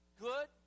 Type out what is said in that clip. Good